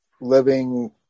living